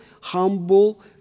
humble